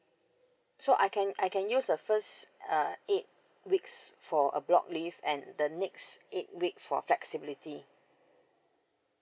so I can I can use the first uh eight weeks for a block leave and the next eight week for flexibility